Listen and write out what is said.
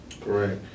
Correct